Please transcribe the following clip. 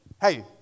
hey